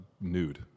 nude